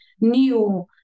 new